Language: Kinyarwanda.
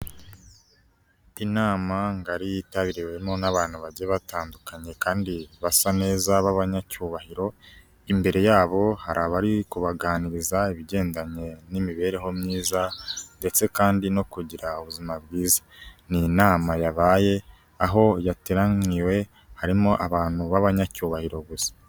Inama ngari yitabiriwemo n'abantu bajya batandukanye kandi basa neza b'abanyacyubahiro, imbere yabo hari abari kubaganiriza ibigendanye n'imibereho myiza ndetse kandi no kugira ubuzima bwiza, ni inama yabaye, aho yateraniwe harimo abantu ba banyacyubahiro gusa.